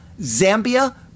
Zambia